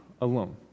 alone